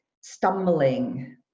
stumbling